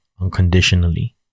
unconditionally